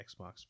Xbox